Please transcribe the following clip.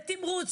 לתמרוץ.